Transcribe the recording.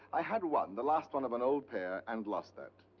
i had one, the last one of an old pair, and lost that.